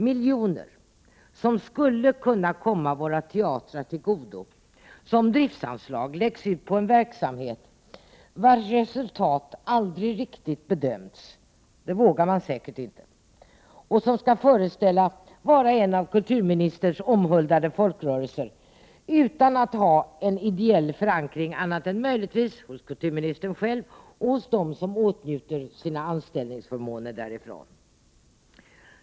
Miljoner som skulle kunna komma våra teatrar till godo som driftsanslag läggs ut på en verksamhet, vars resultat aldrig riktigt bedömts — det vågar man inte — och som skall föreställa vara en av kulturministerns omhuldade folkrörelser, utan att ha en ideell förankring annat än möjligtvis hos kulturministern själv och hos dem som åtnjuter sina anställningsförmåner därifrån.